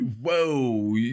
Whoa